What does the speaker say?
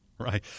right